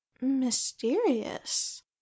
Mysterious